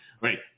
right